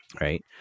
Right